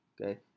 okay